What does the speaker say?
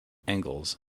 engels